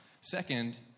Second